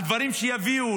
על דברים שיביאו,